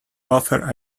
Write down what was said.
offered